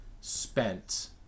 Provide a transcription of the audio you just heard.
spent